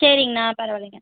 சரிங்ணா பரவாயில்லைங்க